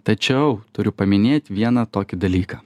tačiau turiu paminėt vieną tokį dalyką